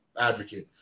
advocate